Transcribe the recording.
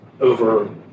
over